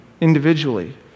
individually